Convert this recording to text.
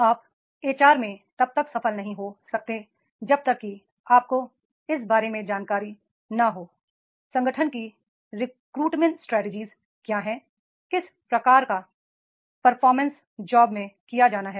आप H R में तब तक सफल नहीं हो सकते जब तक कि आपको इस बारे में जानकारी न हो संगठन की रिक्रूटमेंट स्ट्रैटेजिस क्या हैं किस प्रकार का परफॉर्मेंस जॉब में किया जाना है